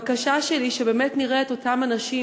הבקשה שלי היא שבאמת נראה את אותם אנשים,